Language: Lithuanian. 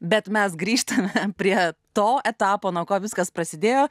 bet mes grįžtame prie to etapo nuo ko viskas prasidėjo